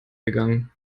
gegangen